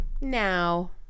Now